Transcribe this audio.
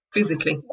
Physically